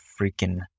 freaking